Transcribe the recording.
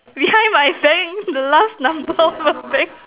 behind but I'm saying the last number of my bank